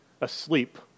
asleep